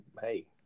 hey